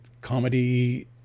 comedy